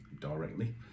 directly